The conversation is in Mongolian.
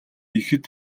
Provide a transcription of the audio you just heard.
ихэд